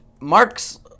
Mark's –